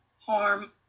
harm